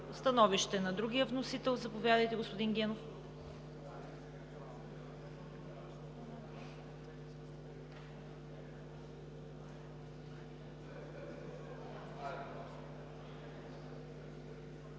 Становище на другия вносител. Заповядайте, господин Генов.